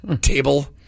table